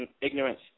ignorance